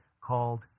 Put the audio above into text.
called